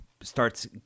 starts